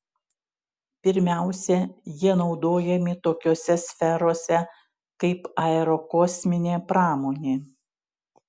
pirmiausia jie naudojami tokiose sferose kaip aerokosminė pramonė